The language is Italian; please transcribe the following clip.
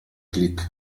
clic